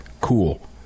cool